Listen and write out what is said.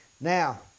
Now